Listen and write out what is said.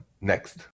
Next